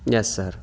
yes sir